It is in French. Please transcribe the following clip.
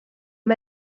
aux